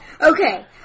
Okay